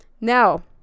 Now